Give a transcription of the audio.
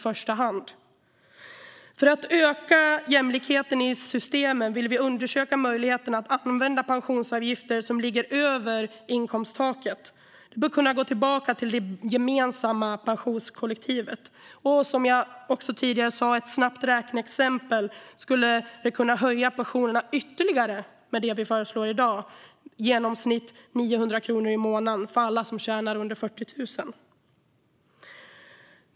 För att öka jämlikheten i systemen vill vi undersöka möjligheten att använda pensionsavgifter som ligger över inkomsttaket. De bör kunna gå tillbaka till det gemensamma pensionskollektivet. Som jag sa tidigare visar ett snabbt räkneexempel att det vi föreslår i dag skulle kunna höja pensionerna ytterligare med i genomsnitt 900 kronor i månaden för alla som tjänar under 40 000.